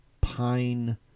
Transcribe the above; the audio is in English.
pine